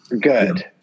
good